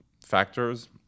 factors